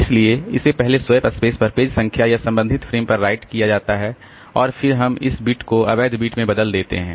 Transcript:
इसलिए इसे पहले स्वैप स्पेस पर पेज संख्या या संबंधित फ्रेम पर राइट किया जाता है और फिर हम इस बिट को अवैध बिट में बदल देते हैं